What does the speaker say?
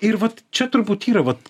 ir vat čia turbūt yra vat